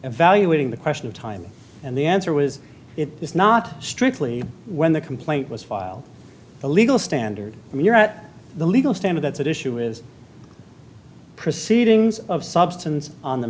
evaluating the question of time and the answer was it is not strictly when the complaint was filed the legal standard here at the legal standard that's at issue is proceedings of substance on the